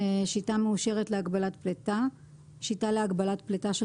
"שיטה מאושרת להגבלת פליטה" שיטה להגבלת פליטה של